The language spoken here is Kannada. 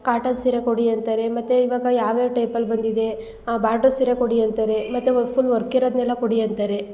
ಕಾಟನ್ ಸೀರೆ ಕೊಡಿ ಅಂತಾರೆ ಮತ್ತು ಇವಾಗ ಯಾವ ಯಾವ ಟೈಪಲ್ಲಿ ಬಂದಿದೆ ಬಾಡ್ರು ಸೀರೆ ಕೊಡಿ ಅಂತಾರೆ ಮತ್ತು ವ ಫುಲ್ ವರ್ಕ್ ಇರೋದನ್ನೆಲ್ಲ ಕೊಡಿ ಅಂತಾರೆ